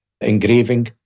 engraving